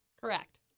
Correct